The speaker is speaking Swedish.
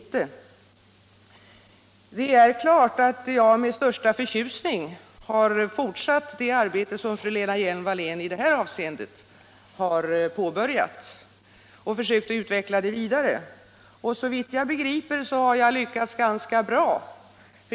Det är klart att jag med största förtjusning har fortsatt det arbete som fru Lena Hjelm-Wallén i det här avseendet har påbörjat och att jag även försökt utveckla det vidare. Såvitt jag begriper har jag lyckats ganska bra.